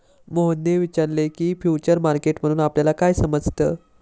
मोहनने विचारले की, फ्युचर मार्केट मधून आपल्याला काय समजतं?